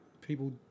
people